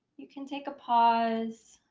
you can take a pause,